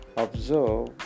Observe